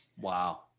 Wow